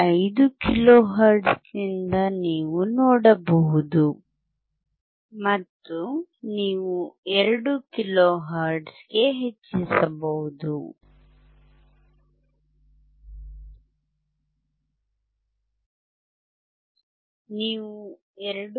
5 kilo ಹರ್ಟ್ಜ್ನಿಂದ ನೀವು ನೋಡಬಹುದು ಮತ್ತು ನೀವು 2 ಕಿಲೋ ಹರ್ಟ್ಜ್ಗೆ ಹೆಚ್ಚಿಸಬಹುದು ನೀವು 2